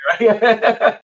right